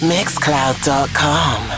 Mixcloud.com